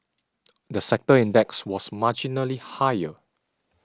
the sector index was marginally higher